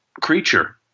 creature